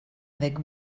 avec